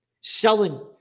Selling